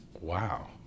Wow